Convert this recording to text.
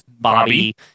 Bobby